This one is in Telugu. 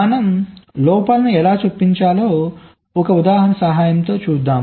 మనం లోపాలను ఎలా చొప్పించాలో ఒక ఉదాహరణ సహాయంతో చూద్దాం